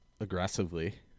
aggressively